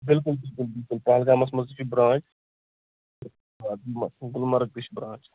بِلکُل بِلکُل بِلکُل پہلگامَس منٛز تہِ چھُ برانچ گُلمَرٕگ تہِ چھُ برانچ